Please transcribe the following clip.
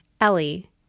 Ellie